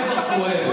אופיר,